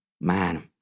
man